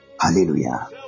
Hallelujah